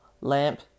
lamp